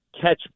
catch